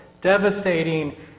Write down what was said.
devastating